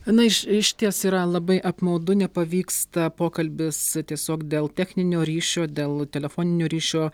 na iš išties yra labai apmaudu nepavyksta pokalbis tiesiog dėl techninio ryšio dėl telefoninio ryšio